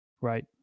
right